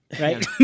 right